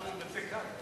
אם לא יימצא כאן.